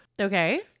Okay